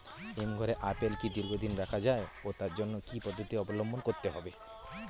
হিমঘরে আপেল কি দীর্ঘদিন রাখা যায় ও তার জন্য কি কি পদ্ধতি অবলম্বন করতে হবে?